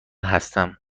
هستم